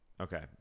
Okay